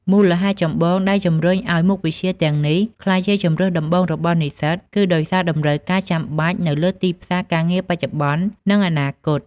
មូលហេតុចម្បងដែលជំរុញឱ្យមុខវិជ្ជាទាំងនេះក្លាយជាជម្រើសដំបូងរបស់និស្សិត គឺដោយសារតម្រូវការចាំបាច់នៅលើទីផ្សារការងារបច្ចុប្បន្ន និងអនាគត។